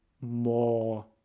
more